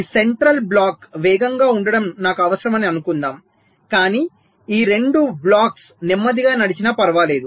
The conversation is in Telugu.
ఈ సెంట్రల్ బ్లాక్ వేగంగా ఉండడం నాకు అవసరమని అనుకుందాం కాని ఈ రెండు బ్లాక్స్ నెమ్మదిగా నడిచినా పర్వాలేదు